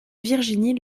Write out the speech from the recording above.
virginie